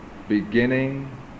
Beginning